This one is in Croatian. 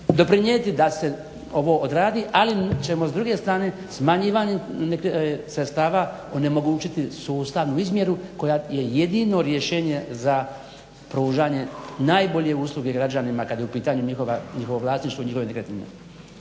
doprinijeti da se ovo odradi, ali ćemo s druge strane smanjivanjem sredstava onemogućiti sustavnu izmjeru koja je jedino rješenje za pružanje najbolje usluge građanima kada je u pitanju njihovo vlasništvo, njihove nekretnine.